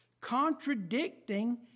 contradicting